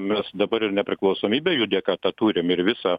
mes dabar ir nepriklausomybę jų dėka ta turim ir visą